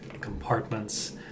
compartments